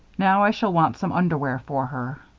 now i shall want some underwear for her.